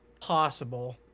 possible